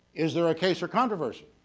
is there a case or controversy?